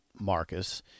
Marcus